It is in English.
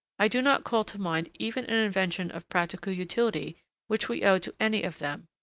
i do not call to mind even an invention of practical utility which we owe to any of them,